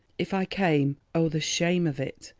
if i came oh, the shame of it!